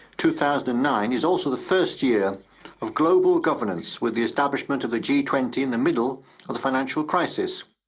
two thousand and nine is also the first year of global governance with the establishment of the g twenty in the middle of the financial crisis.